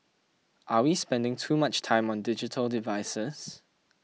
are we spending too much time on digital devices